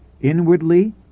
Inwardly